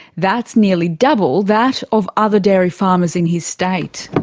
that's nearly double that of other dairy farmers in his state.